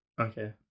Okay